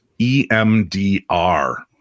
EMDR